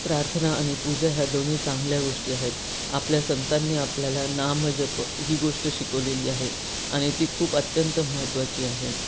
प्रार्थना आणि पूजा ह्या दोन्ही चांगल्या गोष्टी आहेत आपल्या संतांनी आपल्याला नाम जप ही गोष्ट शिकवलेली आहे आणि ती खूप अत्यंत महत्त्वाची आहे